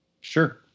Sure